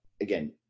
again